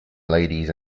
ladies